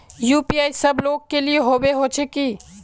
UPI सब लोग के लिए होबे होचे की?